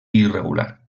irregular